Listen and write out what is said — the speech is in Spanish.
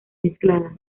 mezcladas